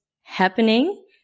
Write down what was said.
happening